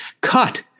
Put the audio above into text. cut